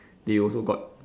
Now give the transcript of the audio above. they also got